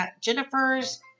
Jennifer's